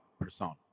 persona